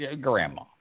Grandma